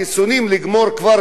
כבר במרס,